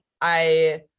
I-